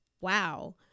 wow